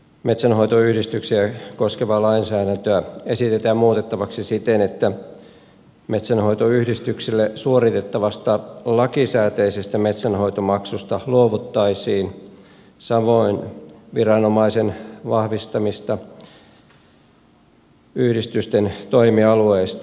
metsänhoitoyhdistyksiä koskevaa lainsäädäntöä esitetään muutettavaksi siten että metsänhoitoyhdistyksille suoritettavasta lakisääteisestä metsänhoitomaksusta luovuttaisiin samoin viranomaisen vahvistamista yhdistysten toimialueista